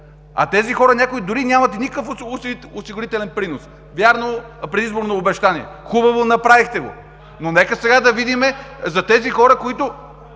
от тези хора дори нямат никакъв осигурителен принос. Вярно, предизборно обещание! Хубаво, направихте го. Нека сега да видим за тези хора, които